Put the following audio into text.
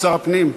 שר הפנים,